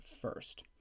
first